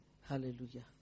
Hallelujah